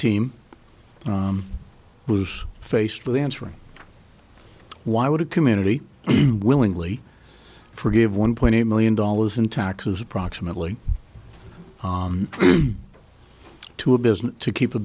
team was faced with answering why would a community willingly forgive one point eight million dollars in taxes approximately to a business to keep